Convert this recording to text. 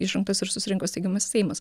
išrinktas ir susirinko steigiamasis seimas